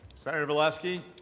senator valesky.